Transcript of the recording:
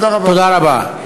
תודה רבה.